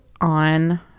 on